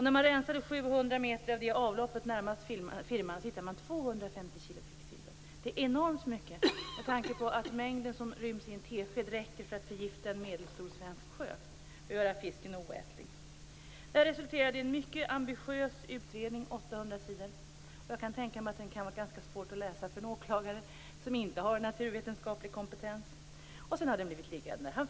När man rensade 700 meter av avloppet närmast firman hittade man 250 kg kvicksilver. Det är enormt mycket, med tanke på att den mängd som ryms i en tesked räcker för att förgifta en medelstor svensk sjö och göra fisken där oätlig. Det här resulterade i en mycket ambitiös utredning på 800 sidor. Jag kan tänka mig att den kan vara ganska svår att läsa för en åklagare, som inte har naturvetenskaplig kompetens. Sedan har den blivit liggande.